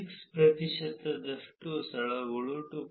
6 ಪ್ರತಿಶತದಷ್ಟು ಸ್ಥಳಗಳು 2